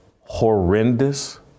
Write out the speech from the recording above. horrendous